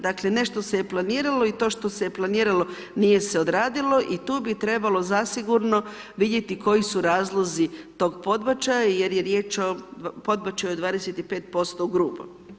Dakle, nešto se je planiralo i to što se je planiralo, nije se odradilo i tu bi trebalo zasigurno vidjeti koji su razlozi tog podbačaja, jer je riječ o podbačaju od 25% ugrubo.